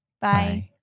bye